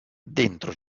dentro